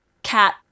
Cat